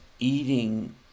eating